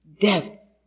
death